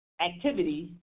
activity